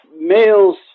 males